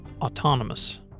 autonomous